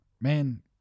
man